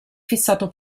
fissato